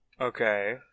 okay